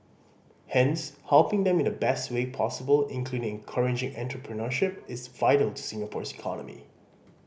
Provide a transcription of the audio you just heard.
hence helping them in the best way possible including encouraging entrepreneurship is vital to Singapore's economy